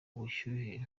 bushyuhe